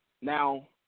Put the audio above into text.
Now